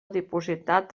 dipositat